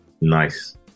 nice